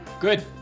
Good